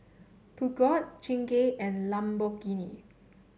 Peugeot Chingay and Lamborghini